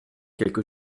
quelque